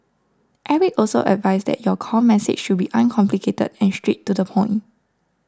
Eric also advised that your core message should be uncomplicated and straight to the point